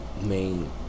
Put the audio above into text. main